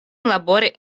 labori